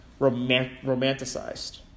romanticized